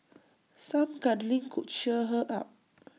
some cuddling could cheer her up